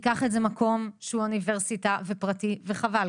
יקח את זה מקום שהוא אוניברסיטה ופרטי וחבל.